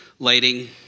lighting